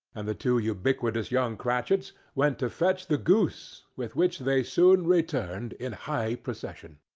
and the two ubiquitous young cratchits went to fetch the goose, with which they soon returned in high procession.